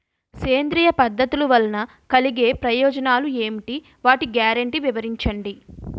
సేంద్రీయ పద్ధతుల వలన కలిగే ప్రయోజనాలు ఎంటి? వాటి గ్యారంటీ వివరించండి?